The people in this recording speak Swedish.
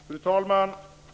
Fru talman!